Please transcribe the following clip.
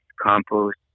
compost